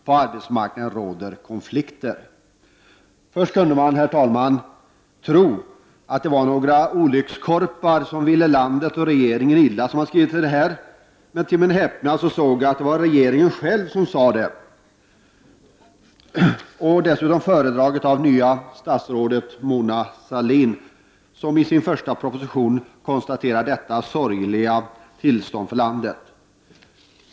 På arbetsmarknaden råder konflikter. Herr talman! Man kunde först tro att det var några olyckskorpar som ville landet och regeringen illa som skrivit detta. Men till min häpnad såg jag att det var regeringen själv som sagt detta. Det var dessutom föredraget av det nya statsrådet Mona Sahlin, det är hon som i sin första proposition konstaterar detta sorgliga tillstånd för landet.